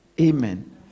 amen